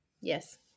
Yes